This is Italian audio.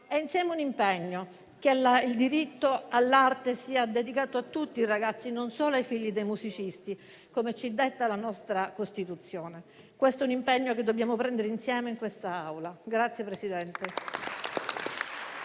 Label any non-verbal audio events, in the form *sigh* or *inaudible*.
anche un impegno: che il diritto all'arte sia garantito a tutti i ragazzi e non solo ai figli dei musicisti, così come ci detta la nostra Costituzione. Questo è un impegno che dobbiamo assumere insieme in quest'Aula. *applause*